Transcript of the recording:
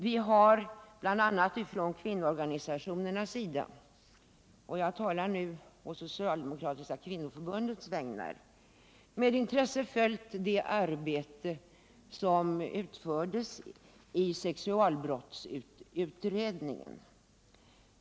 Vi har bl.a. från kvinnoorganisationernas sida — och jag talar nu å socialdemokratiska kvinnoförbundets vägnar — med intresse följt det arbete som utförts i sexualbrottsutredningen.